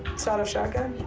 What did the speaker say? sawed-off shotgun?